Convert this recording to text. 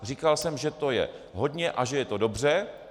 Říkal jsem, že to je hodně a že je to dobře.